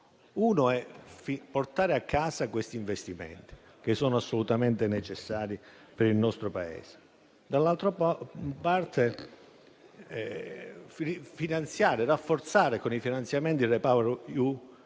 uno è portare a casa questi investimenti, che sono assolutamente necessari per il nostro Paese; l'altro è finanziare e rafforzare, con i finanziamenti, il REPowerEU.